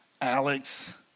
Alex